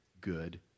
good